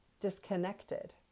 disconnected